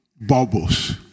bubbles